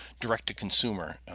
direct-to-consumer